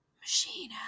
machine